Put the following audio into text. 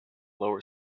lower